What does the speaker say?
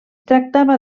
tractava